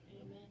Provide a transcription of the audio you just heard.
Amen